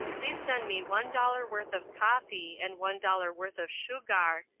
please send me one dollars worth of coffy and one dollars worth of shoogar,